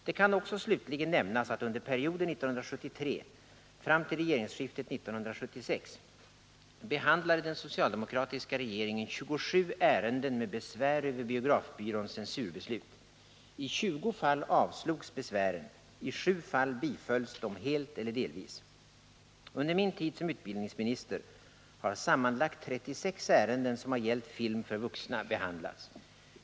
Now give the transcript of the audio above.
Det kan också slutligen nämnas att under perioden 1973 fram till regeringsskiftet 1976 behandlade den socialdemokratiska regeringen 27 ärenden med besvär över biografbyråns censursbeslut. I 20 fall avslogs besvären, i 7 fall bifölls de helt eller delvis. Under min tid som utbildningsminister har sammanlagt 36 ärenden som har gällt film för vuxna behandlats.